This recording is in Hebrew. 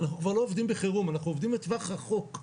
אנחנו כבר לא עובדים בחירום אלא אנחנו עובדים לטווח רחוק.